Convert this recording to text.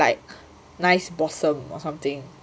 like nice bottom or something